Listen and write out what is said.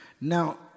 Now